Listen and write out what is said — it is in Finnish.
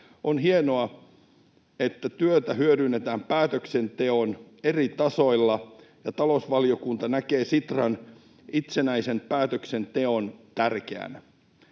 On hienoa, että työtä hyödynnetään päätöksenteon eri tasoilla, ja talousvaliokunta näkee Sitran itsenäisen päätöksenteon tärkeänä.